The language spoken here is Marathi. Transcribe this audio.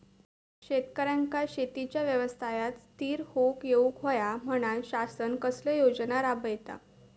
शेतकऱ्यांका शेतीच्या व्यवसायात स्थिर होवुक येऊक होया म्हणान शासन कसले योजना राबयता?